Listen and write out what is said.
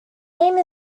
name